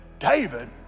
David